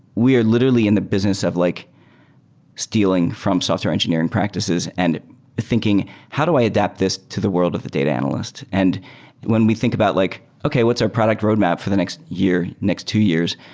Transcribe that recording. we are literally in the business of like stealing from software engineering practices and thinking how do i adapt this to the world of the data analyst? and when we think about like, okay, what's our product roadmap for the next year? next two years?